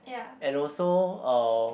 and also uh